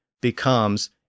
becomes